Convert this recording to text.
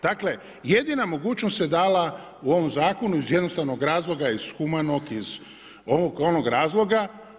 Dakle, jedina mogućnost se dala u ovom Zakonu iz jednostavnog razloga, iz humanog, iz ovog, onog razloga.